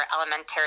elementary